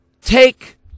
Take